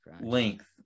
length